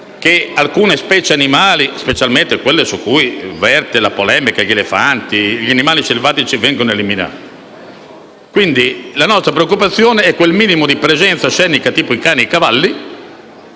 che alcune specie animali, specialmente quelle su cui verte la polemica (gli elefanti e gli animali selvatici), vengano eliminate. La nostra preoccupazione concerne quel minimo di presenza scenica data, ad esempio, dai cani e dai cavalli,